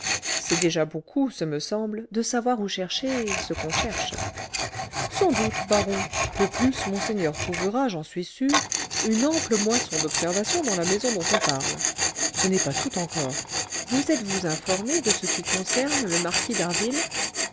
c'est déjà beaucoup ce me semble de savoir où chercher ce qu'on cherche sans doute baron de plus monseigneur trouvera j'en suis sûr une ample moisson d'observations dans la maison dont on parle ce n'est pas tout encore vous êtes-vous informé de ce qui concerne le marquis